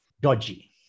dodgy